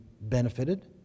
benefited